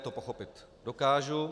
To pochopit dokážu.